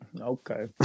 okay